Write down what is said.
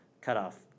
cutoff